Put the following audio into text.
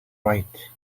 right